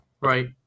Right